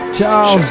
Charles